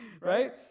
right